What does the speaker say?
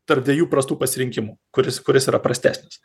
tarp dviejų prastų pasirinkimų kuris kuris yra prastesnis